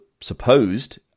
supposed